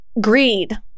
greed